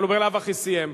אבל הוא בלאו הכי סיים.